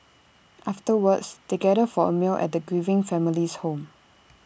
afterwards they gather for A meal at the grieving family's home